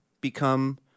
become